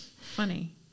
funny